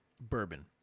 bourbon